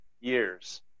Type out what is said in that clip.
years